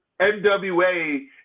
NWA